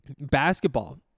basketball